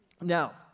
Now